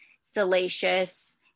salacious